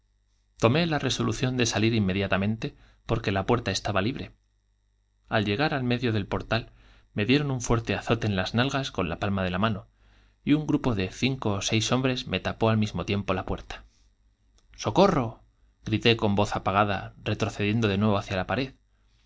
tomé la resolución de salir inmediatamente porque la puerta estaba libr e al llegar al medio del portal me dieron un fuerte azote en las nalgas con la palma de la mano y un grupo de cinco ó seis hombres me tapó al mismo tiempo la puerta socorro grité con voz apagada retro cediendo de nuevo hacia lapared